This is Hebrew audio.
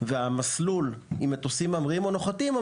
והמסלול עם מטוסים ממריאים או נוחתים,